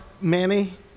Manny